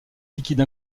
liquide